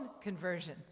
conversion